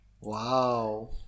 Wow